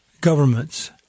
governments